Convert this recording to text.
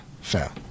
Fair